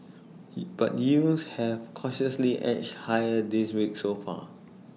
but yields have cautiously edged higher this week so far